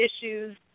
issues